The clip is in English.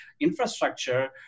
infrastructure